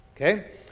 Okay